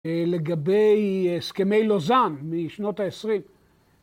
‫לגבי הסכמי לוזאן משנות ה-20.